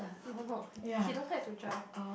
no no he don't like to drive